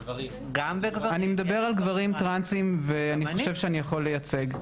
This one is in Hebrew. אני מדבר פה על דברים טרנסים ואני חושב שאני יכול לייצג.